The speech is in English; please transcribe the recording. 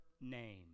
name